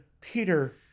Peter